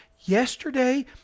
yesterday